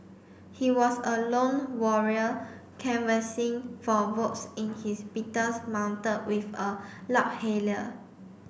he was a lone warrior canvassing for votes in his Beetle mounted with a loudhailer